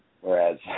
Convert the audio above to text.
whereas